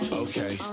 okay